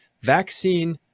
vaccine